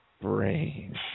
brains